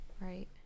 right